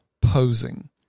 posing